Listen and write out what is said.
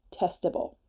testable